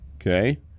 Okay